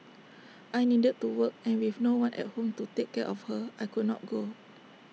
I needed to work and with no one at home to take care of her I could not go